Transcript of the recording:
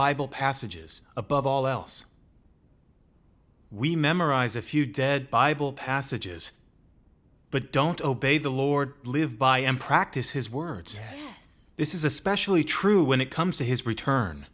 bible passages above all else we memorize a few dead bible passages but don't obey the lord live by and practice his words this is especially true when it comes to his return